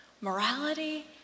morality